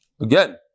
Again